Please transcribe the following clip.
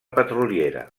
petroliera